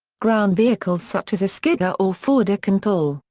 ground vehicles such as a skidder or forwarder can pull,